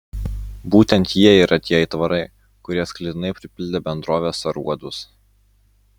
būtent jie yra tie aitvarai kurie sklidinai pripildė bendrovės aruodus